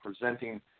presenting